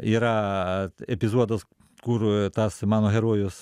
yra epizodas kur tas mano herojus